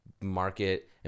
market